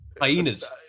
Hyenas